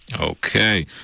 Okay